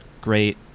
great